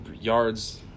yards